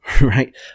right